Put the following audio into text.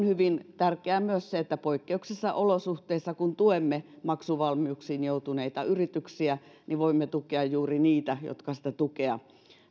hyvin tärkeää myös se että poikkeuksellisissa olosuhteissa kun tuemme maksuvaikeuksiin joutuneita yrityksiä voimme tukea juuri niitä jotka sitä tukea